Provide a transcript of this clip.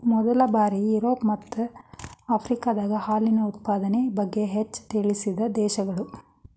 ಮೊದಲ ಬಾರಿ ಯುರೋಪ ಮತ್ತ ಆಫ್ರಿಕಾದಾಗ ಹಾಲಿನ ಉತ್ಪಾದನೆ ಬಗ್ಗೆ ಹೆಚ್ಚ ತಿಳಿಸಿದ ದೇಶಗಳು